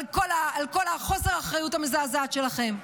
על כל חוסר האחריות המזעזע שלכם.